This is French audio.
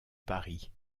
paris